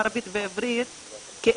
ערבית ועברית כאחד,